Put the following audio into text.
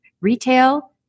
retail